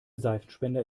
seifenspender